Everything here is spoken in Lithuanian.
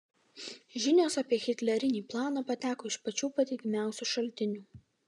žinios apie hitlerinį planą pateko iš pačių patikimiausių šaltinių